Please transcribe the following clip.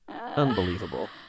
Unbelievable